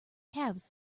calves